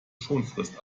schonfrist